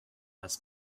has